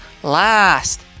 Last